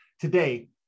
today